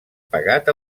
pagat